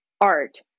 art